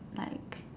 like